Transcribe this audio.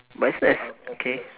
but isn't S okay